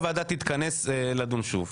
הוועדה תתכנס לדון שוב.